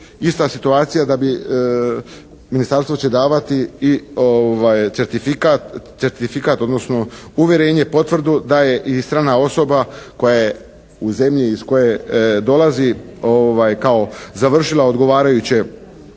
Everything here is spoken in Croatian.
ista situacija da bi, ministarstvo će davati i certifikat odnosno uvjerenje, potvrdu da je i strana osoba koja je u zemlji iz koje dolazi kao završila odgovarajuće